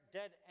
dead